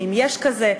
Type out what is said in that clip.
ואם יש כזה,